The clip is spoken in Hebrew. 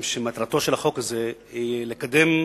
אדוני